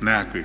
nekakvih